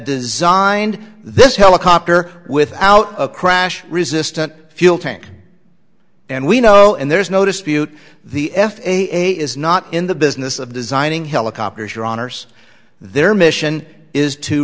designed this helicopter without a crash resistant fuel tank and we know and there's no dispute the f a a is not in the business of designing helicopters or honors their mission is to